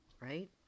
right